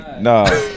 Nah